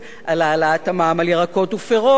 על העלאת המע"מ על ירקות ופירות,